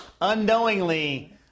Unknowingly